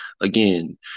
again